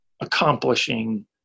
accomplishing